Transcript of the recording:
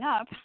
Up